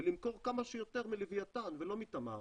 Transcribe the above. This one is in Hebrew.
ולמכור כמה שיותר מלווייתן ולא תמר